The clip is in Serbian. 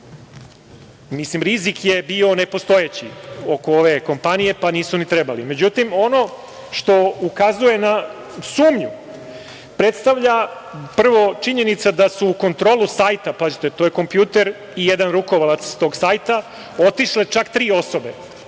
Mislim, rizik je bio nepostojeći oko ove kompanije, pa nisu ni trebali. Međutim, ono što ukazuje na sumnju predstavlja prvo činjenica da su kontrolu sajta, pazite, to je kompjuter i jedan rukovalac tog sajte, otišle čak tri osobe.